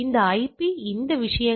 இந்த ஐபி இந்த விஷயங்கள்